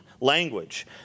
language